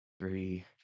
three